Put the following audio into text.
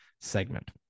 segment